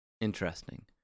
Interesting